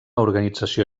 organització